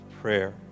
prayer